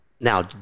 Now